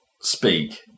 speak